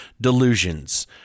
delusions